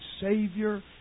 Savior